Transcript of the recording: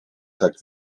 tak